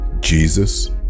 Jesus